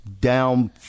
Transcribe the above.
down